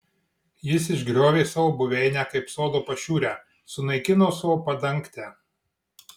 jis išgriovė savo buveinę kaip sodo pašiūrę sunaikino savo padangtę